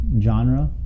genre